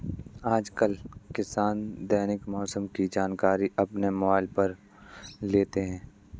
आजकल किसान दैनिक मौसम की जानकारी अपने मोबाइल फोन पर ले लेते हैं